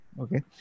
Okay